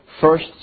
first